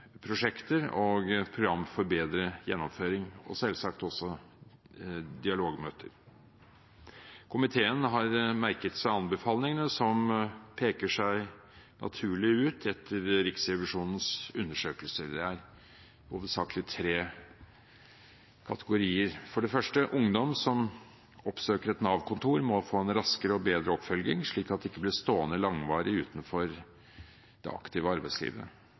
og Program for bedre gjennomføring i videregående opplæring, og selvsagt også dialogmøter. Komiteen har merket seg anbefalingene som peker seg naturlig ut etter Riksrevisjonens undersøkelser. Det er hovedsakelig tre kategorier. For det første: Ungdom som oppsøker et Nav-kontor, må få en raskere og bedre oppfølging, slik at de ikke blir stående langvarig utenfor det aktive arbeidslivet.